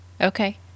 Okay